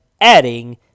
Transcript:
adding